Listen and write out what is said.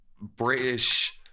British